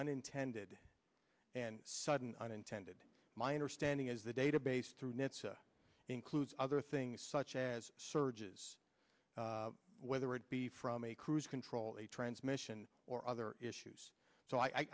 unintended and sudden and intense my understanding is the database through nitsa includes other things such as surges whether it be from a cruise control a transmission or other issues so i